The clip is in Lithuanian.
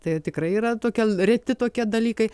tai tikrai yra tokie reti tokie dalykai